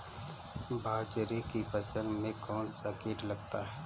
बाजरे की फसल में कौन सा कीट लगता है?